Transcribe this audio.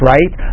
Right